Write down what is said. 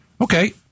Okay